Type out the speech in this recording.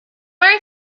marry